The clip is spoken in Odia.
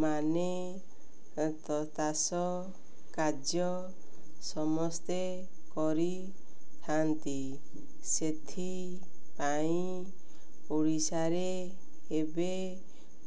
ମାନେ ଚାଷ କାର୍ଯ୍ୟ ସମସ୍ତେ କରିଥାନ୍ତି ସେଥିପାଇଁ ଓଡ଼ିଶାରେ ଏବେ